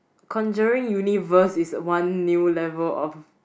conjuring universe is a one new level of